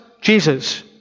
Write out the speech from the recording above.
Jesus